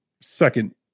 second